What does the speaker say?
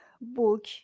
book